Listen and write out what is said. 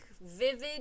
vivid